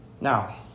Now